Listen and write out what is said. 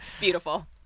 Beautiful